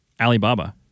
Alibaba